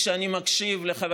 אני לא מתבייש בחוק הזה,